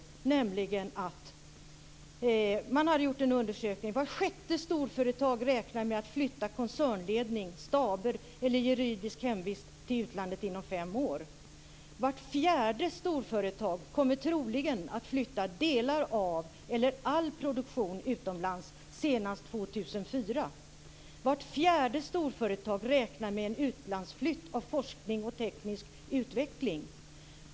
Man hade gjort en undersökning som visar följande: Vart sjätte storföretag räknar med att flytta koncernledning, staber eller juridisk hemvist till utlandet inom fem år. Vart fjärde storföretag kommer troligen att flytta delar av eller all produktion utomlands senast år 2004. Vart fjärde storföretag räknar med en utlandsflytt av forskning och teknisk utveckling.